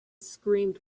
screamed